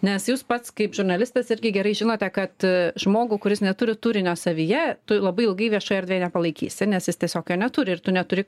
nes jūs pats kaip žurnalistas irgi gerai žinote kad žmogų kuris neturi turinio savyje tu labai ilgai viešoj erdvėj nepalaikysi nes jis tiesiog jo neturi ir tu neturi